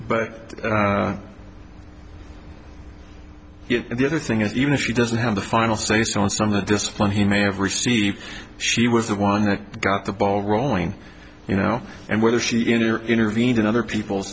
but the other thing is even if she doesn't have the final say so on some of the discipline he may have received she was the one that got the ball rolling you know and whether she in or intervene in other people